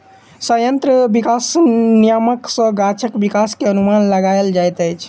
संयंत्र विकास नियामक सॅ गाछक विकास के अनुमान लगायल जाइत अछि